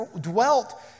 dwelt